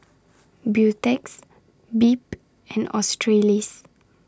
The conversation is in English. Beautex Bebe and Australis